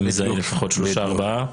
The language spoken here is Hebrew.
לפחות ארבעה.